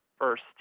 First